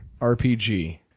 RPG